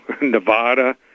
Nevada